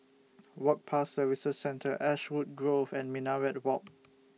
Work Pass Services Centre Ashwood Grove and Minaret Walk